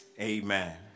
Amen